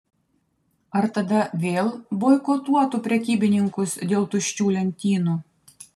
ar tada vėl boikotuotų prekybininkus dėl tuščių lentynų